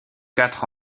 quatre